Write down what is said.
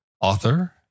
author